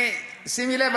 שימי לב,